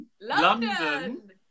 London